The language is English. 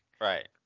Right